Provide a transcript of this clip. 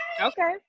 Okay